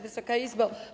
Wysoka Izbo!